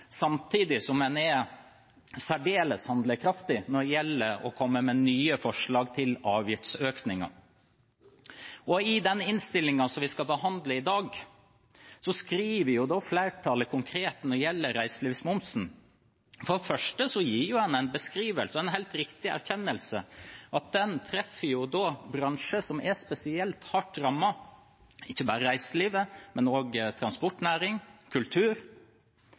særdeles handlekraftige når det gjelder å komme med nye forslag til avgiftsøkninger. I den innstillingen som vi skal behandle i dag, gir jo flertallet når det gjelder reiselivsmomsen, for det første en konkret beskrivelse og en helt riktig erkjennelse av at den treffer en bransje som er spesielt hardt rammet, og ikke bare reiselivet, men også transportnæring og kultur,